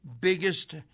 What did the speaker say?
biggest